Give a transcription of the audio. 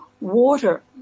water